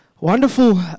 Wonderful